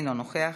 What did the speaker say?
אינו נוכח,